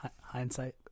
Hindsight